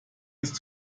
ist